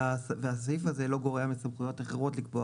הסעיף הזה לא גורע מסמכויות אחרות לקבוע